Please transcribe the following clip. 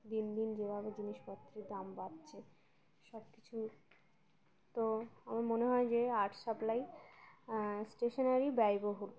দিন দিন যেভাবে জিনিসপত্রের দাম বাড়ছে সব কিছু তো আমার মনে হয় যে আর্ট সাপ্লাই স্টেশনারি ব্যয়বহুল